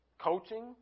coaching